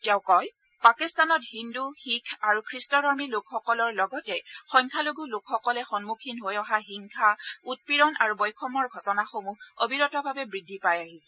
তেওঁ কয় যে পাকিস্তানত হিন্দু শিখ আৰু খ্ৰীষ্টধৰ্মী লোকসকলৰ লগতে সংখ্যালঘূ লোকসকলে সন্মুখীন হৈ অহা হিংসা উৎপীড়ন আৰু বৈষম্যৰ ঘটনাসমূহ অবিৰতভাৱে বৃদ্ধি পাই আছে